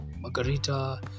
margarita